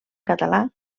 català